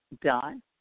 Done